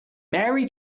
merry